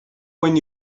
when